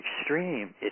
extreme